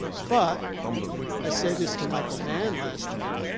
but i say this to michael mann last year,